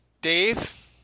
dave